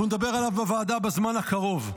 אנחנו נדבר עליו בוועדה בזמן הקרוב.